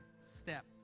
step